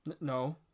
no